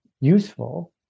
useful